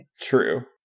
true